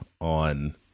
on